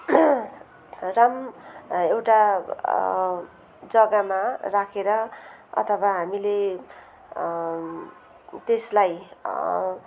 राम् एउटा जग्गामा राखेर अथवा हामीले त्यसलाई